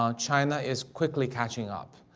um china is quickly catching up.